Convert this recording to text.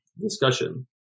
Discussion